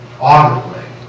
audibly